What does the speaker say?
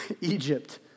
Egypt